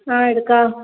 അഹ് എടുക്കാം